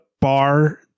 bar